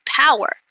power